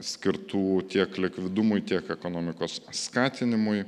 skirtų tiek likvidumui tiek ekonomikos skatinimui